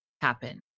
happen